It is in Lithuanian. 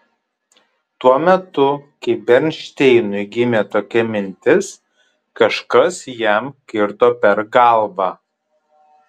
tuo metu kai bernšteinui gimė tokia mintis kažkas jam kirto per galvą